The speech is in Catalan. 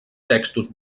textos